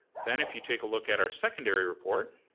then, if you take a look at our secondary report.